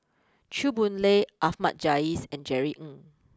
Chew Boon Lay Ahmad Jais and Jerry Ng